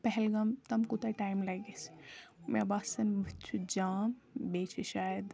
پہلگام تٲم کوٗتاہ ٹایِم لگِہ اَسہِ مےٚ باسَان بٕتھِ چھُ جام بیٚیہِ چھِ شاید